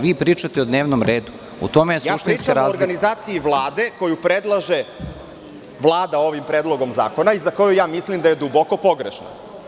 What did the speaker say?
Vi pričate o dnevnom redu, u tome je suštinska razlika.) Pričam o organizaciji Vlade koju predlaže Vlada ovim predlogom zakona, i za koji ja mislim da je duboko pogrešna.